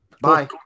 Bye